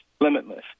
limitless